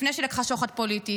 לפני שהיא לקחה שוחד פוליטי,